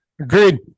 Agreed